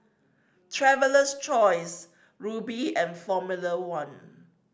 Traveler's Choice Rubi and Formula One